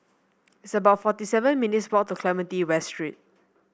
it's about forty seven minutes' walk to Clementi West Street